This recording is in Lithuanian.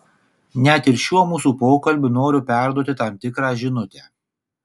net ir šiuo mūsų pokalbiu noriu perduoti tam tikrą žinutę